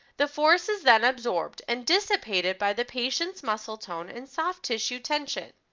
the force is then absorbed and dissipated by the patient's muscle tone and soft-tissue tension.